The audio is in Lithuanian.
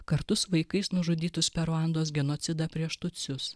kartu su vaikais nužudytus per ruandos genocidą prieš tucius